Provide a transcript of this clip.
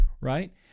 Right